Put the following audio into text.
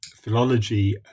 philology